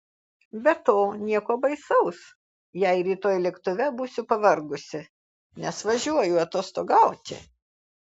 be to nieko baisaus jei rytoj lėktuve būsiu pavargusi nes važiuoju atostogauti